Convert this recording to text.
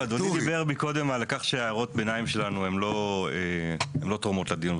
אדוני דיבר קודם על כך שהערות הביניים שלנו לא תורמות לדיון,